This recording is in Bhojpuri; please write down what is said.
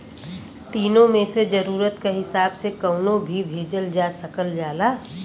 तीनो मे से जरुरत क हिसाब से कउनो भी भेजल जा सकल जाला